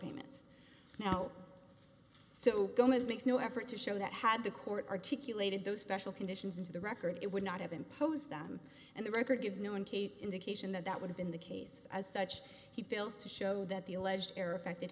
payments now so gomez makes no effort to show that had the court articulated those special conditions into the record it would not have imposed them and the record gives no in cape indication that that would have been the case as such he fails to show that the alleged air affected